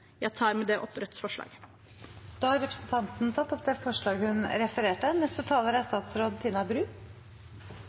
Jeg tar med det opp Rødts forslag. Da har representanten Seher Aydar tatt opp det forslaget hun refererte til. Jeg er